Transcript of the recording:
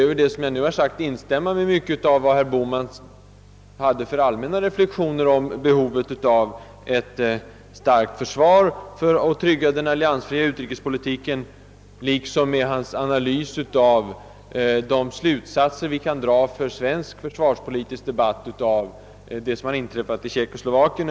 Efter att ha sagt detta vill jag gärna instämma i många av herr Bohmans allmänna reflexioner om behovet av ett starkt försvar för att trygga den alliansfria utrikespolitiken, liksom i hans analys av de slutsatser vi kan dra för svensk försvarsdebatt av det som inträffat i Tjeckoslovakien.